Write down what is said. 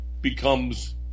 becomes